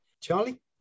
Charlie